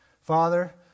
Father